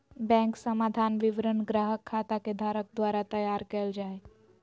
bank समाधान विवरण ग्राहक खाता के धारक द्वारा तैयार कइल जा हइ